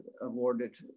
awarded